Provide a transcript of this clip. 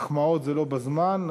מחמאות זה לא בזמן,